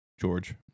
George